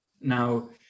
Now